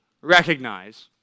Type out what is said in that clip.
recognize